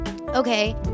okay